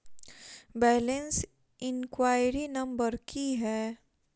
Balance inquiry number की है?